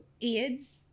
AIDS